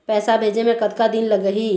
पैसा भेजे मे कतका दिन लगही?